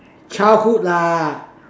childhood lah